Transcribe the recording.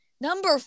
Number